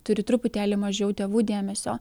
turi truputėlį mažiau tėvų dėmesio